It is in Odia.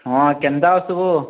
ହଁ କେନ୍ତା ଅଛୁ ବୋ